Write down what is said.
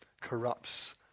corrupts